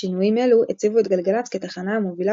שינויים אלו הציבו את גלגלצ כתחנה המובילה